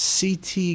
CT